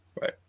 right